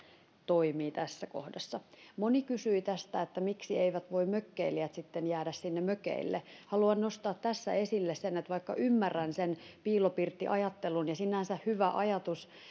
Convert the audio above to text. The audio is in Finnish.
toimivat tässä kohdassa moni kysyi miksi eivät voi mökkeilijät sitten jäädä sinne mökeille haluan nostaa tässä esille sen että vaikka ymmärrän sen piilopirttiajattelun ja se sinänsä on hyvä ajatus